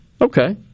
Okay